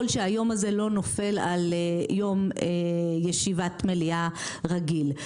שהיום הזה לא נופל על יום ישיבת מליאה רגילה.